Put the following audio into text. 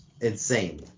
Insane